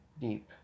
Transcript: deep